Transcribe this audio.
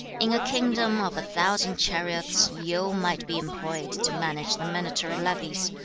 in a kingdom of a thousand chariots, yu might be employed to manage the military levies,